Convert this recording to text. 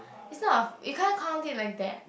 it's not of you can't count it like that